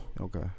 Okay